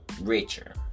richer